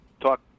talk